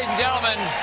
and gentlemen,